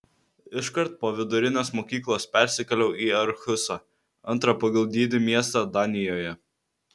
iškart po vidurinės mokyklos persikėliau į arhusą antrą pagal dydį miestą danijoje